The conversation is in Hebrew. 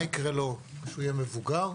מה יקרה לו כשהוא יהיה מבוגר,